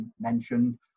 mentioned